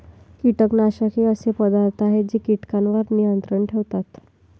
कीटकनाशके असे पदार्थ आहेत जे कीटकांवर नियंत्रण ठेवतात